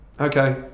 Okay